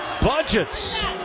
budgets